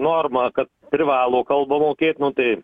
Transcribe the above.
norma kad privalo kalbą mokėt nu tai